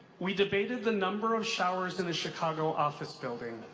we debated the number of showers in a chicago office building.